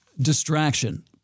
distraction